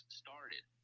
started